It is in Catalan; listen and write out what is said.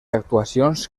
actuacions